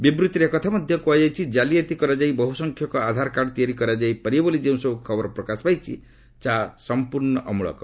ବିବୃଭିରେ ଏକଥା ମଧ୍ୟ କୁହାଯାଇଛି କାଲିଆତି କରାଯାଇ ବହୁ ସଂଖ୍ୟକ ଆଧାରକାର୍ଡ ତିଆରି କରାଯାଇ ପାରିବ ବୋଲି ଯେଉଁସବୁ ଖବର ପ୍ରକାଶ ପାଇଛି ତାହା ସମ୍ପର୍ଷ୍ଣ ଅମ୍ଚଳକ